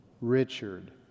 Richard